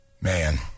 Man